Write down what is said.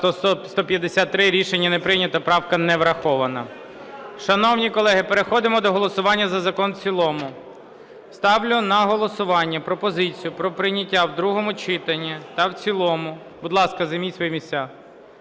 За-153 Рішення не прийнято. Правка не врахована. Шановні колеги, переходимо до голосування за закон в цілому. Ставлю на голосування пропозицію про прийняття в другому читанні та в цілому… Будь ласка, займіть свої місця.